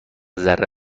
ذره